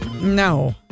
No